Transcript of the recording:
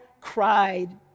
cried